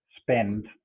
spend